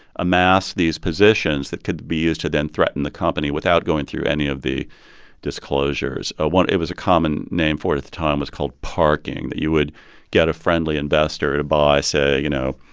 amass these positions that could be used to then threaten the company without going through any of the disclosures. ah one it was a common name for it at the time was called parking, that you would get a friendly investor to buy, say, you know,